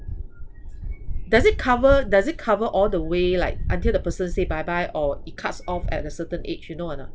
does it cover does it cover all the way like until the person say bye bye or it cuts off at a certain age you know or not